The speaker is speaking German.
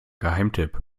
geheimtipp